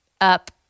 up